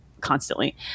constantly